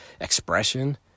expression